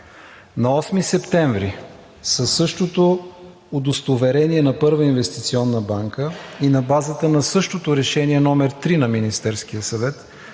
На 8 септември – със същото удостоверение на Първа инвестиционна банка и на базата на същото Решение № 3 на Министерския съвет,